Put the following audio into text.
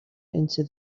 into